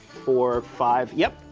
four, five, yep.